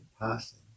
passing